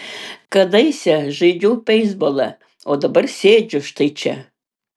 kadaise žaidžiau beisbolą o dabar sėdžiu štai čia